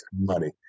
money